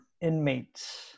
inmates